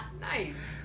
Nice